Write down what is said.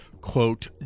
quote